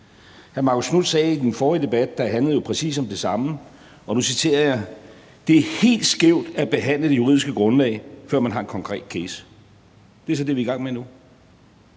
Hr. Marcus Knuth sagde i den forrige debat, der handlede om præcis det samme, og nu citerer jeg: Det er helt skævt at behandle det juridiske grundlag, før man har en konkret case. Det er så det, vi er i gang med nu.